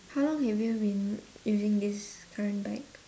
how long have you been using this current bike